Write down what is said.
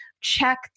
check